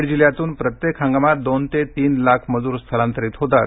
बीड जिल्ह्यातून प्रत्येक हंगामात दोन ते तीन लाख मजूर स्थलांतरित होतात